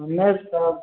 नहि उठि सकब